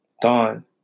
Dawn